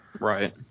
Right